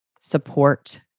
support